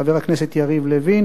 חבר הכנסת יריב לוין,